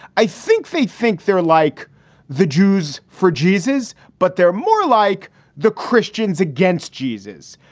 i think they think they're like the jews for jesus. but they're more like the christians against jesus.